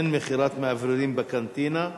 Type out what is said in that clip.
אין מכירת מאווררים בקנטינה,